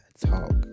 talk